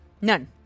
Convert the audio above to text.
None